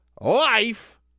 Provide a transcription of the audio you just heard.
life